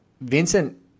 Vincent